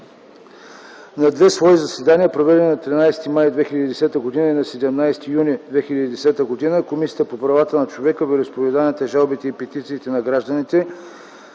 На две свои заседания, проведени на 13 май 2010 г. и на 17 юни 2010 г., Комисията по правата на човека, вероизповеданията, жалбите и петициите на гражданите